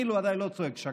אני עדיין לא צועק "שקרן",